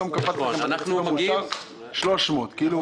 זה קפץ לכם בתקציב המאושר ל-300,000 שקל.